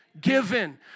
given